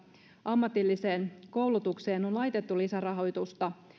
ammatilliseen koulutukseen on laitettu lisärahoitusta